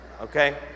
okay